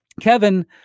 Kevin